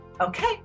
Okay